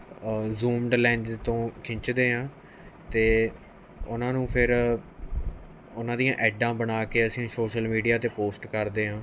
zoom lens ਤੋਂ ਖਿੰਚਦੇ ਹਾਂ ਅਤੇ ਉਹਨਾਂ ਨੂੰ ਫਿਰ ਉਹਨਾਂ ਦੀਆਂ ਐਡਾਂ ਬਣਾ ਕੇ ਅਸੀਂ ਸੋਸ਼ਲ ਮੀਡੀਆ 'ਤੇ ਪੋਸਟ ਕਰਦੇ ਹਾਂ